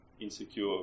insecure